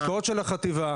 אתה משתמש במילים גבוהות.